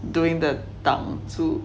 during the 挡住